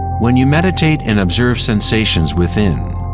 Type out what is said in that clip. when you meditate and observe sensations within,